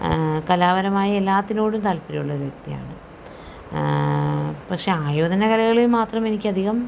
കലാപരമായ എല്ലാത്തിനോടും താല്പര്യമുള്ളൊരു വ്യക്തിയാണ് പക്ഷേ ആയോധനകലകളിൽ മാത്രം എനിക്കധികം